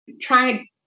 trying